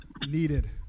needed